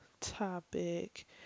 topic